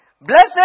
Blessed